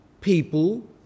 people